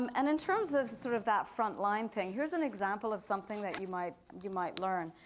um and in terms of sort of that frontline thing, here's an example of something that you might you might learn.